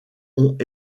ont